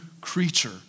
creature